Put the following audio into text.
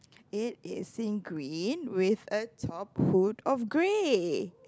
it is in green with a top hood of grey